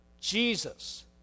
Jesus